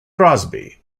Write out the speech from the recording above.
crosby